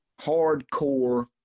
hardcore